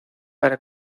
para